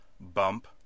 bump